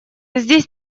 здесь